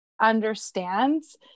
understands